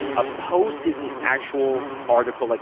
a post is an actual article. like